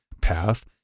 path